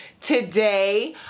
today